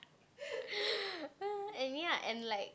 and ya and like